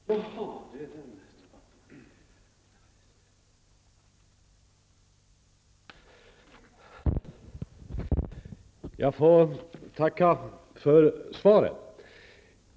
Herr talman! Jag får tacka för svaret.